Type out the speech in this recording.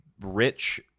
rich